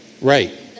Right